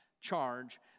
charge